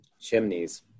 chimneys